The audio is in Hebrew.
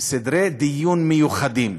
סדרי דיון מיוחדים,